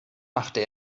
machte